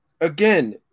again